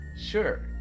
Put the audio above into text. Sure